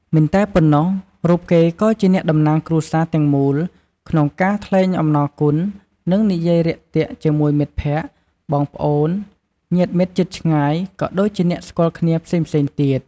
មិនតែប៉ុណ្ណោះ រូបគេក៏ជាអ្នកតំណាងគ្រួសារទាំងមូលក្នុងការថ្លែងអំណរគុណ និងនិយាយរាក់ទាក់ជាមួយមិត្តភក្តិ បងប្អូន ញាតិមិត្តជិតឆ្ងាយ ក៏ដូចជាអ្នកស្គាល់គ្នាផ្សេងៗទៀត។